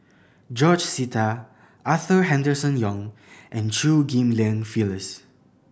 George Sita Arthur Henderson Young and Chew Ghim Lian Phyllis